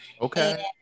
okay